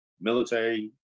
military